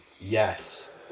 Yes